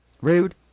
Rude